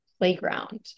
playground